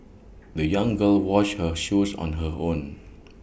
the young girl washed her shoes on her own